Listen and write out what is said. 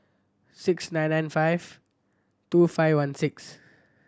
six nine nine five two five one six